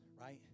right